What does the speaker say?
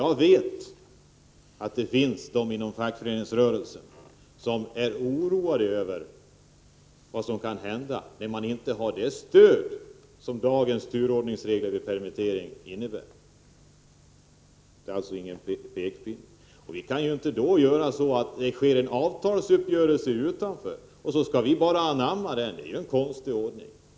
Jag vet att det finns de inom fackföreningsrörelsen som är oroade över vad som kan hända, när man inte har det stöd som lagens turordningsregler vid permittering innebär. Här är det som sagt ingen pekpinne. Det får inte gå till så, att det sker en avtalsuppgörelse utanför lagen och att vi sedan bara skall anamma den. Det är ju en konstig ordning.